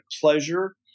pleasure